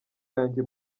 yanjye